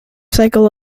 cycle